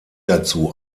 dazu